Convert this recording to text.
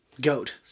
Goat